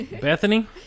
Bethany